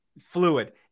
Fluid